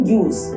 use